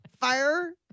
Fire